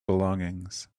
belongings